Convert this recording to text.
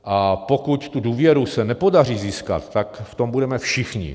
A pokud se tu důvěru nepodaří získat, tak v tom budeme všichni.